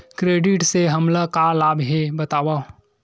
Credit से हमला का लाभ हे बतावव?